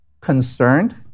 concerned